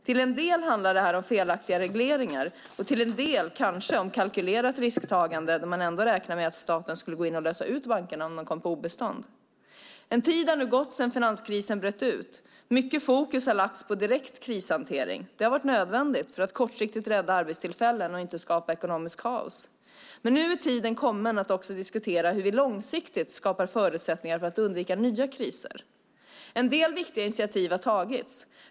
Till en del handlar detta om felaktiga regleringar och till en del kanske om ett kalkylerat risktagande där man räknade med att staten ändå skulle gå in och lösa ut bankerna om de kom på obestånd. En tid har nu gått sedan finanskrisen bröt ut. Mycket fokus har lagts på direkt krishantering. Det har varit nödvändigt för att kortsiktigt rädda arbetstillfällen och inte skapa ekonomiskt kaos. Nu är dock tiden kommen att också diskutera hur vi långsiktigt skapar förutsättningar för att undvika nya kriser. En del viktiga initiativ har tagits.